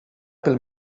pel